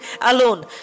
alone